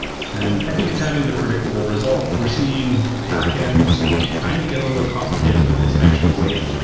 and i think it's having the predictable result. we're seeing back-ends kind of get a little complicated with this extra weight.